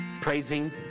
praising